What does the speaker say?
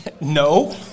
no